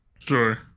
sure